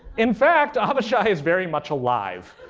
in fact, avishai is very much alive,